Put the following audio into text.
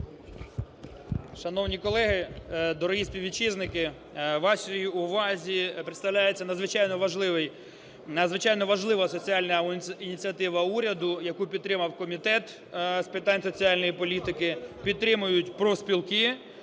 Шановні колеги, дорогі співвітчизники! Вашій увазі представляється надзвичайно важливий, надзвичайно важлива соціальна ініціатива уряду, яку підтримав Комітет з питань соціальної політики, підтримують профспілки,